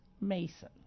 Mason